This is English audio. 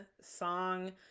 song